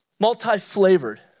Multi-flavored